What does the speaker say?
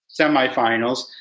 semifinals